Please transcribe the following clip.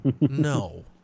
No